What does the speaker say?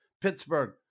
Pittsburgh